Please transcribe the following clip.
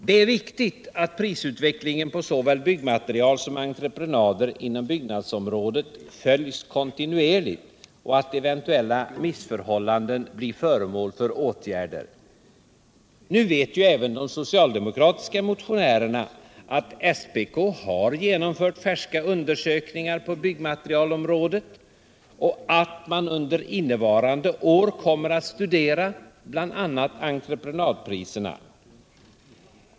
Det är viktigt att prisutvecklingen på såväl byggmaterial som entreprenader inom byggnadsområdet följs kontinuerligt och att eventuella missförhållanden blir föremål för åtgärder. Nu vet ju även de socialdemokratiska motionärerna att SPK har genomfört färska undersökningar på byggmaterialområdet, och att man under innevarande år kommer att studera bl.a. entreprenadpriserna.